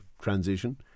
transition